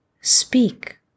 speak